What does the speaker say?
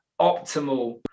optimal